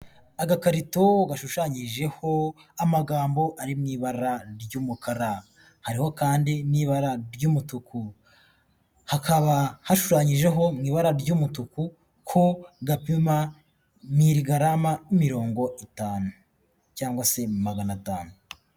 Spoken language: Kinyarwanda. Agakarito gashushanyijeho amagambo ari mu ibara ry'umukara. Hariho kandi n'ibara ry'umutuku. Hakaba hashushanyijeho mu ibara ry'umutuku ko gapima mirigarama mirongo itanu cyangwa se magana atanu.